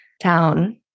town